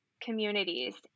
communities